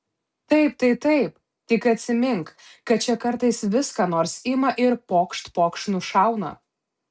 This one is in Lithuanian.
taip tai taip tik atsimink kad čia kartais vis ką nors ima ir pokšt pokšt nušauna